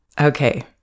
Okay